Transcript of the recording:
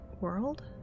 world